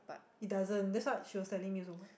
it doesn't that's what she was standing near so